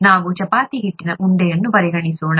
ನಾವು ಚಪಾತಿ ಹಿಟ್ಟಿನ ಉಂಡೆಯನ್ನು ಪರಿಗಣಿಸೋಣ